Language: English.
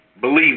Believe